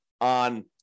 on